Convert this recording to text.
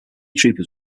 troopers